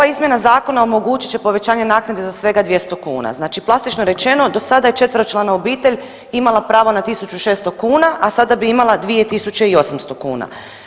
Ova izmjena Zakona omogućit će povećanje naknade za svega 200 kuna, znači plastično rečeno, do sada je 4-člana obitelj imala pravo na 1600 kuna, a sada bi imala 2800 kuna.